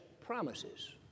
promises